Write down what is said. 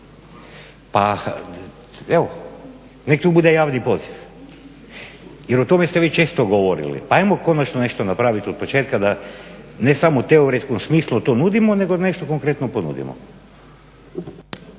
Pa evo, nek to bude javni poziv. Jer o tome ste vi često govorili, pa ajmo konačno nešto napravit od početka da ne samo u teoretskom smislu to nudimo nego nešto konkretno ponudimo.